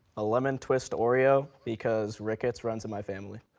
a lemon twist oreo because rickets runs in my family.